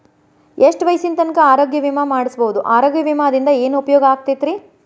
ಎಷ್ಟ ವಯಸ್ಸಿನ ತನಕ ಆರೋಗ್ಯ ವಿಮಾ ಮಾಡಸಬಹುದು ಆರೋಗ್ಯ ವಿಮಾದಿಂದ ಏನು ಉಪಯೋಗ ಆಗತೈತ್ರಿ?